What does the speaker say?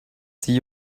see